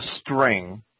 string